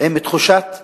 עם תחושת עימותים,